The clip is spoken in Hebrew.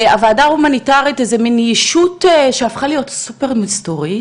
הוועדה ההומניטארית היא איזו מין ישות שהפכה להיות סופר מסתורית,